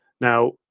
now